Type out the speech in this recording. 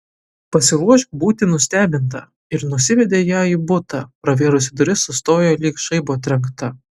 pasiruošk būti nustebinta ir nusivedė ją į butą pravėrusi duris sustojo lyg žaibo trenkta